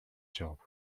job